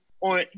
on